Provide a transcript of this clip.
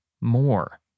more